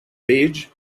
beige